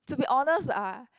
to be honest ah